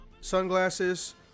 sunglasses